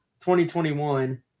2021